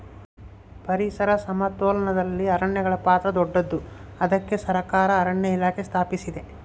ಪರಿಸರ ಸಮತೋಲನದಲ್ಲಿ ಅರಣ್ಯಗಳ ಪಾತ್ರ ದೊಡ್ಡದು, ಅದಕ್ಕೆ ಸರಕಾರ ಅರಣ್ಯ ಇಲಾಖೆ ಸ್ಥಾಪಿಸಿದೆ